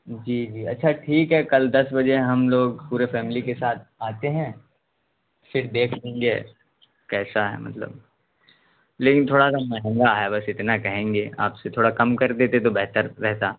جی جی اچھا ٹھیک ہے کل دس بجے ہم لوگ پورے فیملی کے ساتھ آتے ہیں پھر دیکھ لیں گے کیسا ہے مطلب لیکن تھوڑا سا مہنگا ہے بس اتنا کہیں گے آپ سے تھوڑا کم کر دیتے تو بہتر رہتا